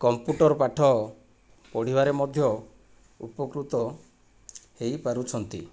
computer ପାଠ ପଢ଼ିବାରେ ମଧ୍ୟ ଉପକୃତ ହୋଇ ପାରୁଛନ୍ତି